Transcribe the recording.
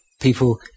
people